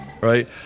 Right